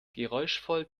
geräuschvoll